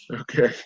Okay